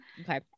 Okay